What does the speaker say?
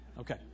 Okay